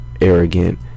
arrogant